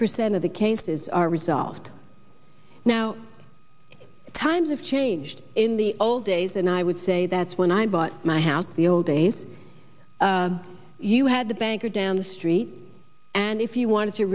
percent of the cases are resolved now times have changed in the old days and i would say that's when i bought my house the old days you had the banker down the street and if you wanted to